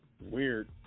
Weird